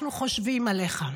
אנחנו חושבים עליך,